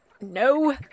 No